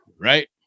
Right